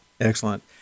Excellent